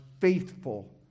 faithful